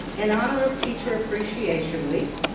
in honor of teacher appreciation week,